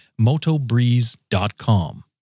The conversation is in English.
Motobreeze.com